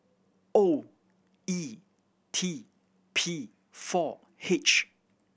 O E T P four H